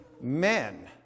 men